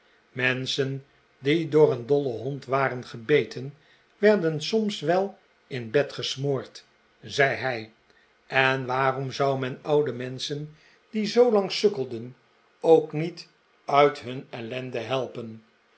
menschen r die door een dollen hond waren gebeten werden soms wel in bed gesmoord zei hij en waarom zou men oude menschen die zoolang sukkelden ook niet uit hun ellende helpen